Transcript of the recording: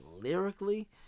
lyrically